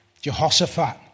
Jehoshaphat